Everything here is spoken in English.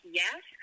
yes